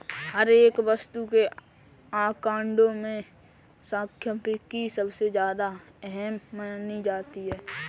हर एक वस्तु के आंकडों में सांख्यिकी सबसे ज्यादा अहम मानी जाती है